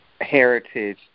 heritage